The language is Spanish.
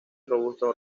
robusto